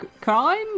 Crime